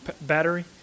battery